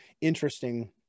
interesting